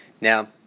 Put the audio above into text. Now